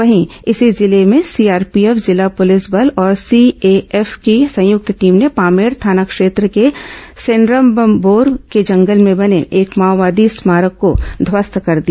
वहीं इसी जिले में सीआरपीएफ जिला पुलिस बल और सीएएफ की संयुक्त टीम ने पामेड़ थाना क्षेत्र के सेन्ड्रमबोर के जंगल में बने एक माओवादी स्मारक को ध्वस्त कर दिया